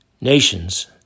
Nations